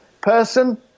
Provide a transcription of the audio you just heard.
person